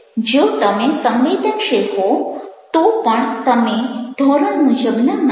જો તમે સંવેદનશીલ હો તો પણ તમે ધોરણ મુજબના નથી